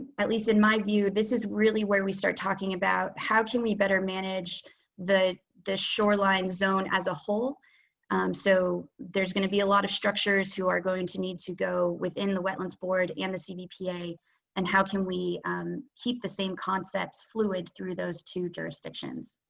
at least in my view, this is really where we start talking about how can we better manage the the shoreline zone as a whole. rachael peabody so there's going to be a lot of structures, who are going to need to go within the wetlands board and the cbpa and how can we keep the same concepts fluid through those two jurisdictions.